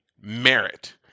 merit